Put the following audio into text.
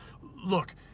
look